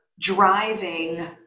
driving